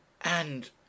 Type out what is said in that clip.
and